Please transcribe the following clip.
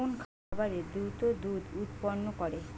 কোন খাকারে দ্রুত দুধ উৎপন্ন করে?